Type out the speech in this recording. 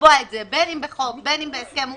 ולקבוע את זה בין בחוק ובין בהסכם אז